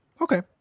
Okay